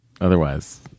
Otherwise